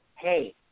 hey